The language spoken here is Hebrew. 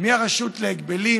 מ"הרשות להגבלים"